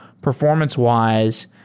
performance-wise,